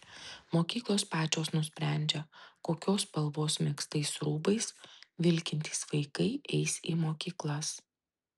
mokyklos pačios nusprendžia kokios spalvos megztais rūbais vilkintys vaikai eis į mokyklas